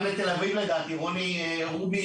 גם בתל אביב, לדעתי, רוני רובי